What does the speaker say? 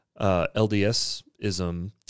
LDSism